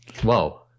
Whoa